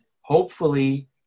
hopefully-